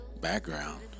Background